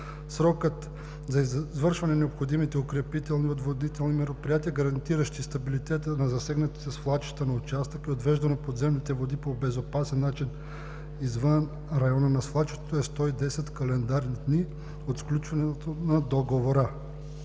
Срокът за извършване на необходимите укрепително-отводнителни мероприятия, гарантиращи стабилитета на засегнатите свлачища на участъка и отвеждане подземните води по безопасен начин извън района на свлачището, е 110 календарни дни от сключването на договора.